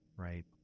Right